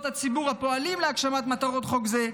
הציבור הפועלים להגשמת מטרות חוק זה,